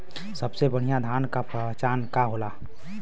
सबसे बढ़ियां धान का पहचान का होला?